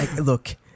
Look